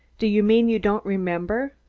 do you mean you don't remember?